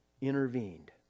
intervened